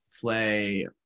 play